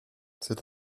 cet